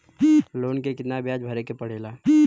Loan के कितना ब्याज भरे के पड़े ला?